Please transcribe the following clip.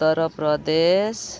Uttar Pradesh